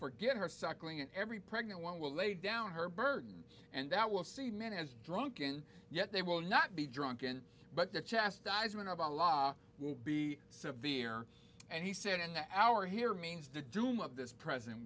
forget her cycling every pregnant one will lay down her burden and that will see men as drunken yet they will not be drunken but the chastisement about the law will be severe and he said in the hour here means the doom of this present